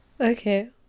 Okay